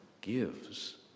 gives